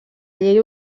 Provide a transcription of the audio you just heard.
llei